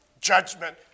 judgment